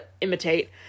imitate